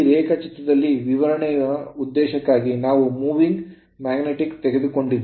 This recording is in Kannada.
ಈ ರೇಖಾಚಿತ್ರದಲ್ಲಿ ವಿವರಣೆಯ ಉದ್ದೇಶಕ್ಕಾಗಿ ನಾವು moving magnet ತೆಗೆದುಕೊಂಡಿದ್ದೇವೆ